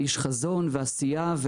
איש חזון ועשייה,